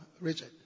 Richard